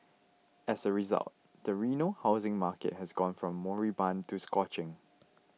as a result the Reno housing market has gone from moribund to scorching